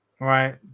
right